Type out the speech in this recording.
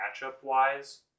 matchup-wise